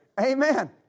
Amen